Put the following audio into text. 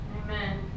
Amen